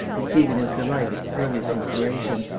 receiving with delight its earliest inspiration!